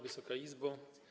Wysoka Izbo!